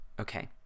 okay